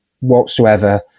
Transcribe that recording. whatsoever